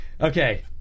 Okay